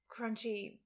crunchy